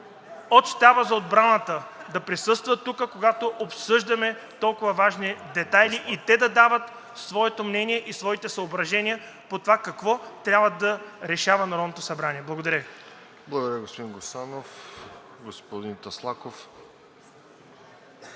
от Щаба за отбраната да присъстват тук, когато обсъждаме толкова важни детайли, и те да дават своето мнение и своите съображения по това какво трябва да решава Народното събрание. Благодаря Ви. ПРЕДСЕДАТЕЛ РОСЕН ЖЕЛЯЗКОВ: Благодаря, господин Гуцанов. Господин Таслаков.